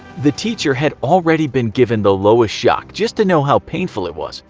the teacher had already been given the lowest shock just to know how painful it was.